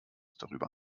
darüber